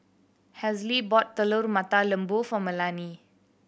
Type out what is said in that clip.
Hazle bought Telur Mata Lembu for Melany